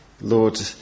Lord